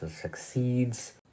succeeds